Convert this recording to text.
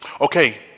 Okay